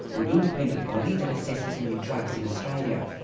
an independent body that assesses new drugs in australia.